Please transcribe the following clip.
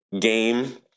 game